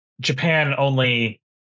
Japan-only